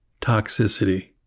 toxicity